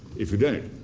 if you don't.